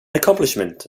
accomplishment